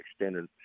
extended